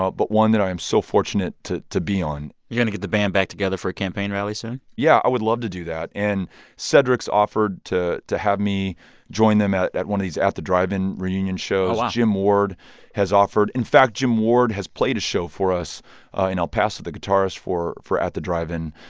but but one that i am so fortunate to to be on you're going to get the band back together for a campaign rally soon? yeah. i would love to do that, and cedric's offered to to have me join them at at one of these at the drive-in reunion shows oh, wow jim ward has offered. in fact, jim ward has played a show for us in el paso the guitarist for for at the drive-in.